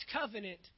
covenant